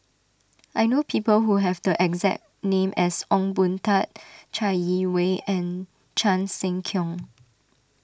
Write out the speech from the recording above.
I know people who have the exact name as Ong Boon Tat Chai Yee Wei and Chan Sek Keong